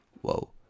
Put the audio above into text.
Whoa